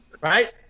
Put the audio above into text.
Right